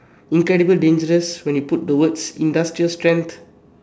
incredible dangerous when you put the words industrial strength